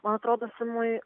man atrodo simui